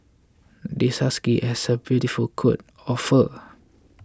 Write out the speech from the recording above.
this husky has a beautiful coat of fur